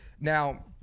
Now